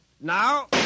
Now